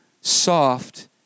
soft